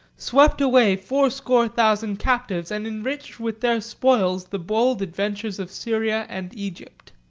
swept away fourscore thousand captives, and enriched with their spoils the bold adventurers of syria and egypt.